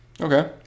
Okay